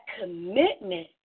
commitment